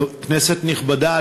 כנסת נכבדה,